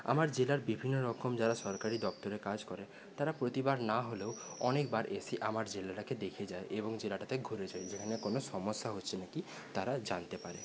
আমার জেলার বিভিন্নরকম যারা সরকারি দফতরে কাজ করে তারা প্রতিবার না হলেও অনেকবার এসে আমার জেলাটাকে দেখে যায় এবং জেলাটাতে ঘুরে যায় যেখানে কোন সমস্যা হচ্ছে নাকি তারা জানতে পারে